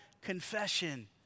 confession